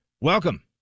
Welcome